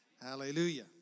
Hallelujah